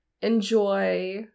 enjoy